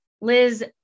Liz